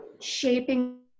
shaping